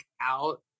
out